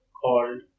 called